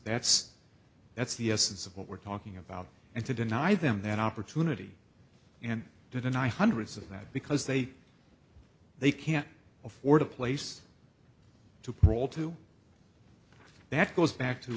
that's that's the essence of what we're talking about and to deny them that opportunity and to deny hundreds of that because they they can't afford a place to crawl to that goes back to